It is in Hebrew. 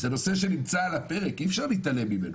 זה נושא שנמצא על הפרק, אי אפשר להתעלם ממנו.